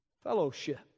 fellowship